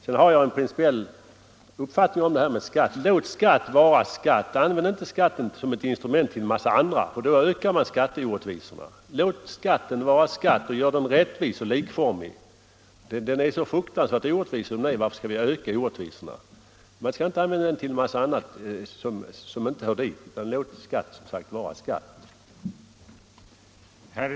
Sedan har jag en principiell uppfattning om detta med skatt: Låt skatt vara skatt! Använd inte skatten som ett instrument till en massa annat, då ökar man skatteorättvisorna. Låt skatten vara skatt och gör den rättvis och likformig. Den är så fruktansvärt orättvis som den är, och varför skall vi öka orättvisorna?